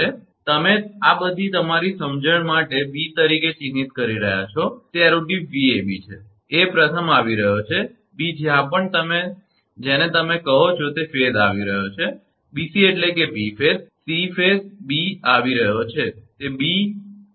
તેથી તમે આ તમારી સમજણ માટે 𝑏 તરીકે ચિહ્નિત કરો છો અને તે એરો ટીપ 𝑉𝑎𝑏 છે 𝑎 પ્રથમ આવી રહયો છે 𝑏 જ્યાં પણ તમે જેને તમે કહો છો તે ફેઝ આવી રહ્યો છે 𝑏𝑐 એટલે કે 𝑏 ફેઝ 𝑐 ફેઝ 𝑏 આવી રહ્યો છે તે 𝑏